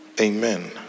Amen